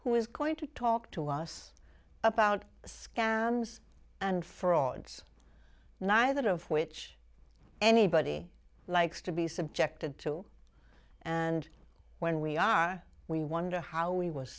who is going to talk to us about scans and frauds neither of which anybody likes to be subjected to and when we are we wonder how we was